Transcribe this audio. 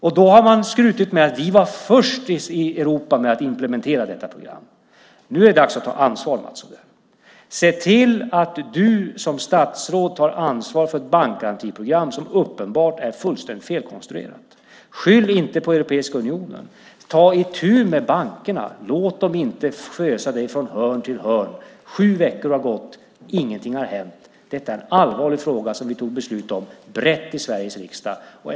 Man har skrutit med att vi var först i Europa med att implementera detta program. Nu är det dags att ta ansvar, Mats Odell. Se till att du som statsråd tar ansvar för ett bankgarantiprogram som uppenbart är fullständigt felkonstruerat! Skyll inte på Europeiska unionen! Ta itu med bankerna! Låt dem inte fösa dig från hörn till hörn! Sju veckor har gått. Ingenting har hänt. Detta är en allvarlig fråga som vi tog beslut om brett i Sveriges riksdag.